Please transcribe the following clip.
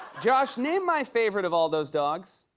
josh, name my favorite of all those dogs.